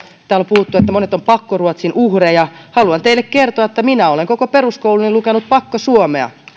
täällä on puhuttu että monet ovat pakkoruotsin uhreja ja teille kertoa että minä olen koko peruskouluni lukenut pakkosuomea